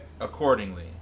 Accordingly